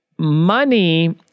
money